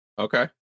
Okay